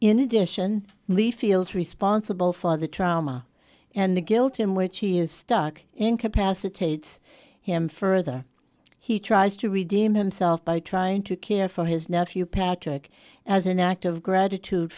in addition leaf feels responsible for the trauma and the guilt in which he is stuck incapacitates him further he tries to redeem himself by trying to care for his nephew patrick as an act of gratitude